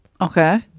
Okay